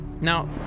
Now